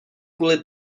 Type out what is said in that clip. kvůli